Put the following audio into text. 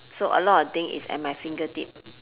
so a lot of thing is at my fingertip